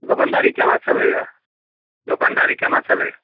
दोकनदारी केना चलैए दोकानदारी केना चलैए